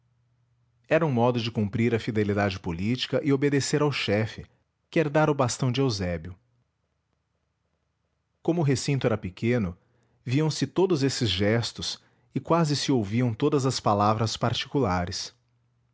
um modo de cumprir a fidelidade política e obedecer ao chefe que herdara o bastão de eusébio como o recinto era pequeno viam-se todos esses gestos e quase se ouviam todas as palavras particulares